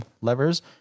levers